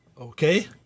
Okay